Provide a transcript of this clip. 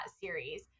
series